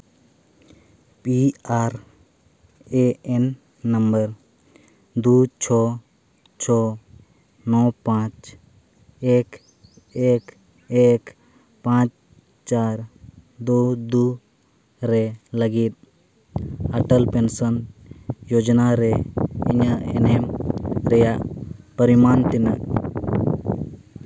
P R A N number ᱫᱩ ᱪᱷᱚ ᱪᱷᱚ ᱱᱚ ᱯᱟᱸᱪ ᱮᱠ ᱮᱠ ᱮᱠ ᱯᱟᱸᱪ ᱪᱟᱨ ᱫᱩ ᱫᱩ ᱨᱮ ᱞᱟᱹᱜᱤᱫ ᱚᱴᱚᱞ ᱯᱮᱱᱥᱚᱱ ᱡᱳᱡᱽᱱᱟ ᱨᱮ ᱤᱧᱟᱹᱜ ᱮᱱᱮᱢ ᱨᱮᱭᱟᱜ ᱯᱚᱨᱤᱢᱟᱱ ᱛᱤᱱᱟᱹᱜ